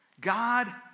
God